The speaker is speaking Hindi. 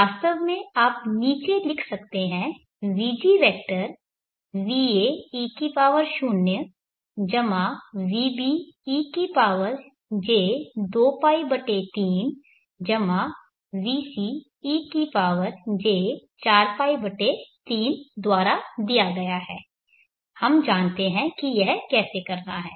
वास्तव में आप नीचे लिख सकते हैं vg vector vae0 vbe j2π3 vcej4π3 द्वारा दिया गया है हम जानते हैं कि यह कैसे करना है